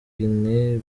guinee